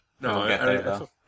No